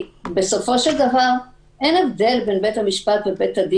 בסופו של דבר אין הבדל בין בית המשפט לבין בתי-הדין.